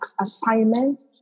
assignment